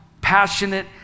passionate